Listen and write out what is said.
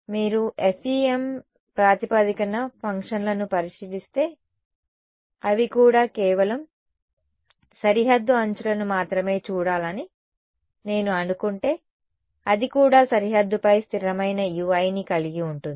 మీరు FEM ప్రాతిపదికన ఫంక్షన్లను పరిశీలిస్తే అవి కూడా కేవలం సరిహద్దు అంచులను మాత్రమే చూడాలని నేను అనుకుంటే అది కూడా సరిహద్దు పై స్థిరమైన Ui ని కలిగి ఉంటుంది